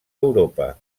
europa